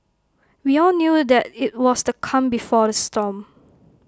we all knew that IT was the calm before the storm